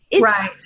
Right